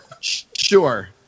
Sure